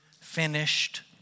finished